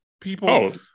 people